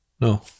no